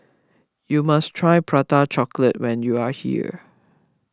you must try Prata Chocolate when you are here